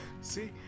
see